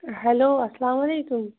hello اَسلام علیکُم